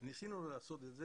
ניסינו לעשות את זה,